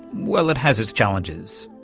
well, it has its challenges.